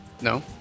No